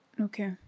Okay